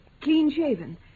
clean-shaven